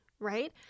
right